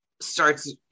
starts